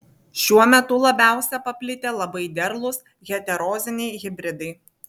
šiuo metu labiausiai paplitę labai derlūs heteroziniai hibridai